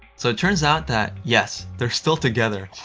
so it turns out that yes, they're still together.